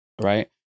Right